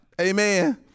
Amen